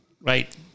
right